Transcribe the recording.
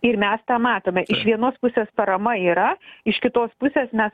ir mes tą matome iš vienos pusės parama yra iš kitos pusės mes